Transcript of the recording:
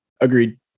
Agreed